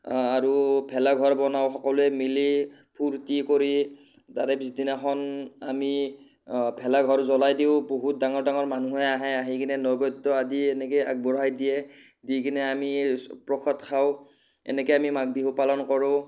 আৰু ভেলাঘৰ বনাওঁ সকলোৱে মিলি ফূৰ্তি কৰি তাৰে পিছদিনাখন আমি ভেলাঘৰ জ্বলাই দিওঁ বহুত ডাঙৰ ডাঙৰ মানুহে আহে আহি কিনে নৈবদ্য আদি এনেকৈ আগবঢ়াই দিয়ে দি কিনে আমি প্ৰসাদ খাওঁ এনেকৈ আমি মাঘ বিহু পালন কৰোঁ